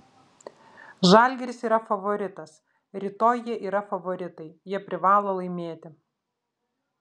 žalgiris yra favoritas rytoj jie yra favoritai jie privalo laimėti